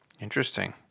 Interesting